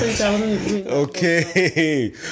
okay